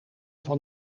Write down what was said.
van